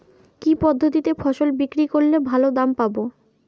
কি পদ্ধতিতে ফসল বিক্রি করলে ভালো দাম পাব?